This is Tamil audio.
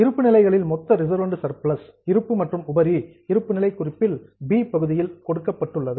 இருப்புநிலைகளில் மொத்த ரிசர்வ் அண்ட் சர்பிளஸ் இருப்பு மற்றும் உபரி இவை இருப்புநிலை குறிப்பில் பி பகுதியில் கொடுக்கப்பட்டுள்ளது